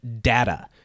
data